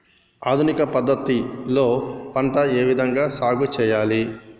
ఆధునిక పద్ధతి లో పంట ఏ విధంగా సాగు చేయాలి?